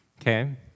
Okay